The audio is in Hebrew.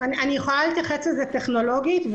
לכך מהצד הטכנולוגי: